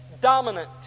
dominant